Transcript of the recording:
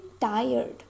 tired